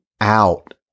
out